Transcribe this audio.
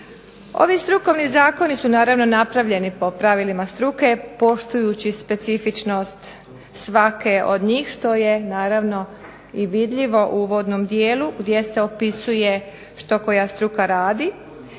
Ovi strukovni zakoni su naravno napravljeni po pravilima struke, poštujući specifičnost svake od njih, što je naravno i vidljivo u uvodnom dijelu, gdje se opisuje što koja struka radi.